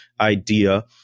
idea